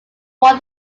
won